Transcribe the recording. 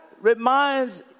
reminds